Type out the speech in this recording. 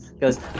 goes